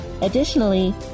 Additionally